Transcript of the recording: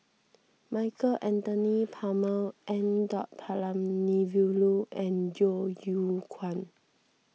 Michael Anthony Palmer N the Palanivelu and Yeo Yeow Kwang